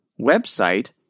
website